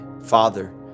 Father